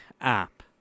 app